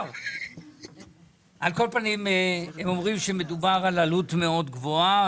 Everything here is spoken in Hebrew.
הם אומרים שמדובר בעלות מאוד גבוהה.